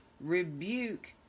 rebuke